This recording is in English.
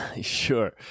Sure